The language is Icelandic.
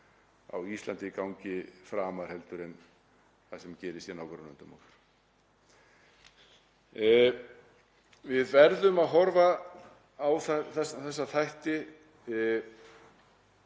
á Íslandi gangi framar en það sem gerist í nágrannalöndum okkar. Við verðum að horfa á þessa þætti